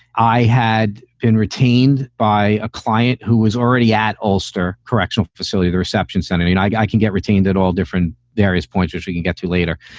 i had been retained by a client who was already at alster correctional facility. the reception said, and you know like i can get retained at all different various points as you can get you later.